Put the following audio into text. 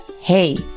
Hey